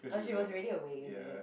but she was already awake is it